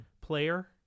player